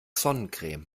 sonnencreme